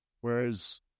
Whereas